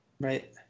right